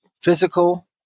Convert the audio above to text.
physical